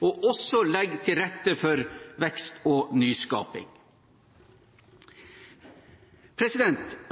og også legger til rette for vekst og nyskaping.